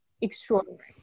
extraordinary